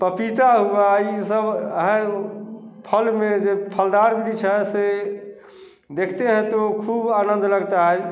पपीता हुआ ई सब हैं यह फल हुए जो फलदार की छाया से देखते हैं तो खूब आनंद लगता है